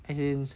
as in